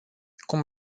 cum